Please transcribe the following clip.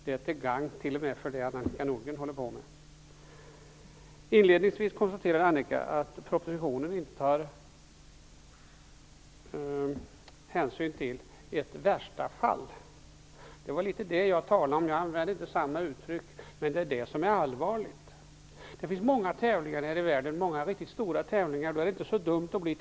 Det är till gagn t.o.m. för det som Annika Nordgren håller på med. Hon konstaterade inledningsvis att man i propositionen inte tar hänsyn till ett "värsta fall". Det var det jag talade om, men jag använde inte samma uttryck. Men det är det som är allvarligt. Det anordnas många stora tävlingar här i världen, och det är inte så dumt att bli tvåa i en sådan tävling.